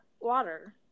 water